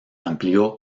amplió